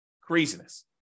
Craziness